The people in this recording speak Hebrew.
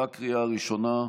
בקריאה הראשונה.